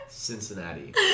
Cincinnati